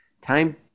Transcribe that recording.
Time